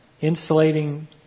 insulating